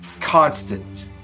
Constant